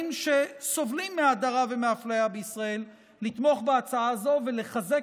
שסובלים מהדרה ומאפליה בישראל לתמוך בהצעה הזו ולחזק